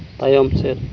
ᱛᱟᱭᱚᱢ ᱥᱮᱫ